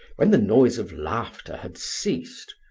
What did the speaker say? when the noise of laughter had ceased,